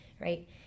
right